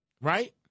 right